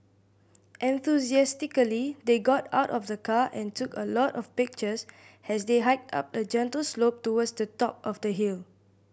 enthusiastically they got out of the car and took a lot of pictures as they hiked up a gentle slope towards the top of the hill